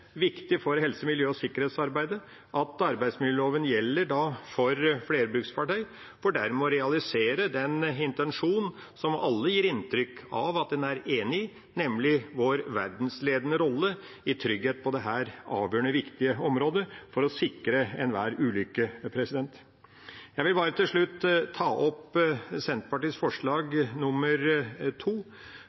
viktig for helse, miljø- og sikkerhetsarbeidet at arbeidsmiljøloven gjelder for flerbruksfartøy, for dermed å realisere den intensjon som alle gir inntrykk av at en er enig i, nemlig vår verdensledende rolle i trygghet på dette avgjørende viktige området for å sikre seg mot enhver ulykke. Jeg vil til slutt ta opp Senterpartiet og SVs forslag,